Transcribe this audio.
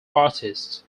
artist